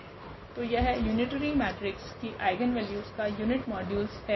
तो यह unitary matrix की आइगनवेल्यूस का यूनिट मॉड्यूलस है